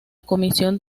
comisión